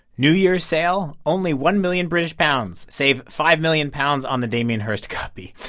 new year's sale, only one million british pounds. save five million pounds on the damien hirst copy.